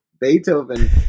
Beethoven